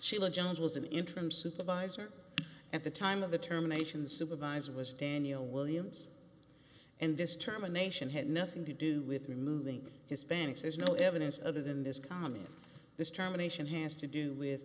sheila jones was an interim supervisor at the time of the terminations supervise was daniel williams and this term a nation had nothing to do with removing hispanics there's no evidence other than this comment this combination has to do with